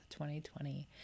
2020